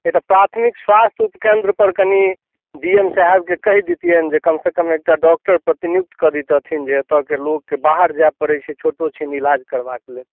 नहि तऽ प्राथमिक स्वास्थ्य उपकेन्द्रपर कनि डी एम साहेबके कहि दैतियैन जे कमसँ कम एकटा डॉक्टर प्रतिनियुक्त कऽ दैतथिन जे एतयके लोकके बाहर जाय पड़ैत छै छोटो छिन्ह इलाज करबाक लेल